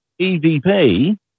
EVP